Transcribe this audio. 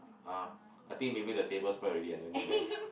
ah I think maybe the table spoil already in the Maybank